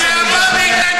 ראש ממשלה בישראל,